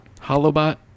Holobot